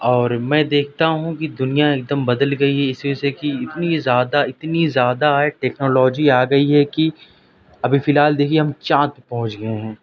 اور میں دیکھتا ہوں کہ دنیا ایک دم بدل گئی اس وجہ سے کہ اتنی زیادہ اتنی زیادہ ہے ٹیکنالوجی آ گئی ہے کہ ابھی فی الحال دیکھیے ہم چاند پر پہونچ گئے ہیں